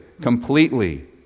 completely